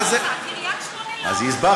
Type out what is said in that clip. אני רוצה, קריית-שמונה, לא.